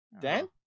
dan